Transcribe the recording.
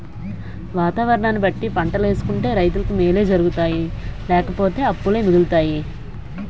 వాతావరణాన్ని బట్టి పంటలేసుకుంటే రైతులకి మేలు జరుగుతాది లేపోతే అప్పులే మిగులుతాయి